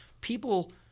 people